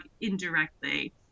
indirectly